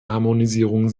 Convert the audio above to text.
harmonisierung